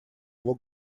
его